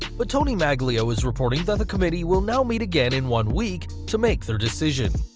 but tony maglio is reporting that the committee will now meet again in one week, to make their decision.